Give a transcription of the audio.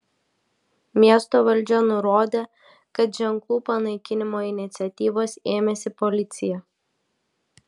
miesto valdžia nurodė kad ženklų panaikinimo iniciatyvos ėmėsi policija